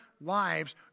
lives